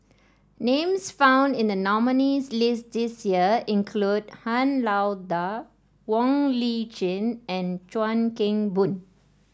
names found in the nominees' list this year include Han Lao Da Wong Lip Chin and Chuan Keng Boon